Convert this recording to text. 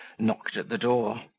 knocked at the door,